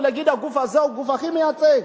שהגוף הזה הוא הגוף הכי מייצג,